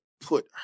put